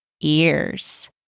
ears